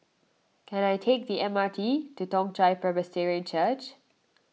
can I take the M R T to Toong Chai Presbyterian Church